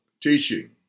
teaching